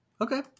Okay